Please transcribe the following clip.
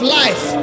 life